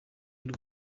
y’u